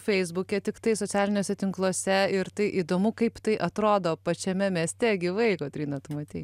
feisbuke tiktai socialiniuose tinkluose ir tai įdomu kaip tai atrodo pačiame mieste gyvai kotryna tu matei